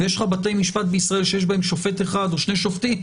ויש לך בתי משפט בישראל שיש בהם שופט אחד או שני שופטים,